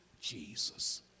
Jesus